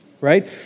right